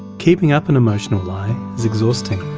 keeping up an emotional lie is exhausting